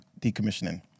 decommissioning